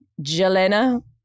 Jelena